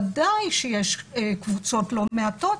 ודאי שיש קבוצות לא מעטות,